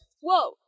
whoa